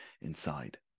inside